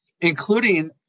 including